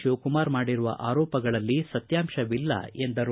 ಶಿವಕುಮಾರ್ ಮಾಡಿರುವ ಆರೋಪಗಳಲ್ಲಿ ಸತ್ಯಾಂಶವಿಲ್ಲ ಎಂದರು